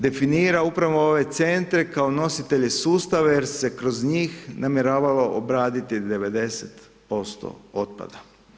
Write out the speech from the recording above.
Definira upravo ove centre kao nositelje sustava jer se kroz njih namjeravalo obraditi 90% otpada.